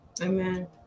Amen